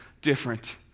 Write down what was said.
different